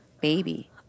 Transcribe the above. baby